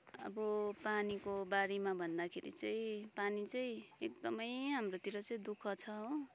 अब पानीको बारेमा भन्दाखेरि चाहिँ पानी चाहिँ एकदमै हाम्रोतिर चाहिँ दुःख छ हो